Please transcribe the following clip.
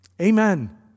Amen